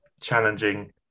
challenging